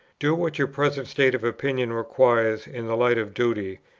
do what your present state of opinion requires in the light of duty,